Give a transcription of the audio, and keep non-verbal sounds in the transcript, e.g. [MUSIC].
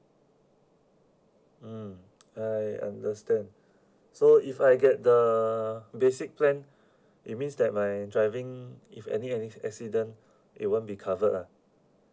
mm I understand [BREATH] so if I get the basic plan [BREATH] it means that my driving if any any accident [BREATH] it won't be covered ah